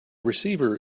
receiver